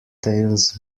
tails